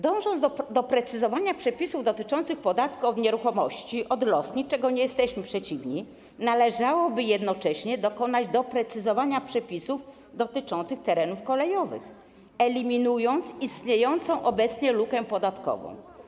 Dążąc do doprecyzowania przepisów dotyczących podatku od nieruchomości w zakresie lotnisk, czemu nie jesteśmy przeciwni, należałoby jednocześnie dokonać doprecyzowania przepisów dotyczących terenów kolejowych, by wyeliminować istniejącą obecnie lukę podatkową.